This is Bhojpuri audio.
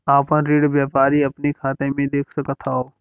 आपन ऋण व्यापारी अपने खाते मे देख सकत हौ